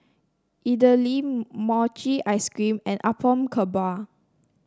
idly Mochi Ice Cream and Apom Berkuah